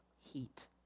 heat